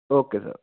okay sir